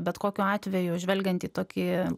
bet kokiu atveju žvelgiant į tokį